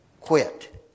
quit